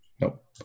Nope